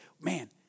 man